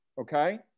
okay